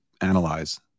analyze